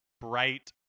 bright